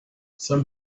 some